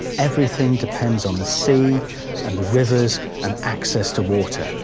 everything depends on the sea and the rivers and access to water.